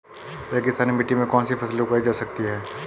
रेगिस्तानी मिट्टी में कौनसी फसलें उगाई जा सकती हैं?